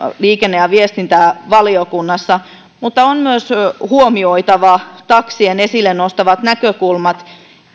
liikenne ja viestintävaliokunnassa mutta on myös huomioitava taksien esille nostamat näkökulmat